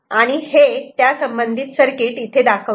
तर हे संबंधित सर्किट इथे दाखवले आहे